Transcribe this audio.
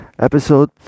Episode